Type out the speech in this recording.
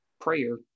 prayer